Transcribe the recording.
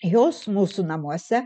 jos mūsų namuose